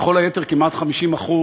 וכל היתר, כמעט 50%,